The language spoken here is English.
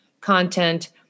content